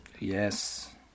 yes